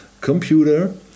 computer